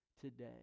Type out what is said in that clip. today